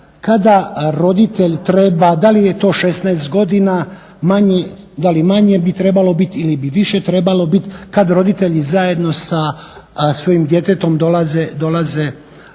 kada roditelj treba, da li je to 16 godina, da li manje bi trebalo biti ili bi više trebalo biti kad roditelji zajedno sa svojim djetetom dolaze po